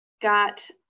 got